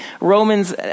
Romans